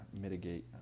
mitigate